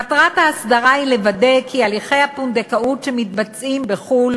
מטרת ההסדרה היא לוודא כי הליכי הפונדקאות שמתבצעים בחו"ל